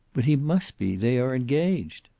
but he must be. they are engaged.